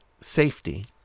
Safety